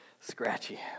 scratchy